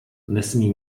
nesmí